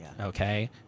okay